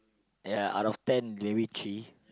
ya out of ten maybe three